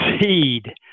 seed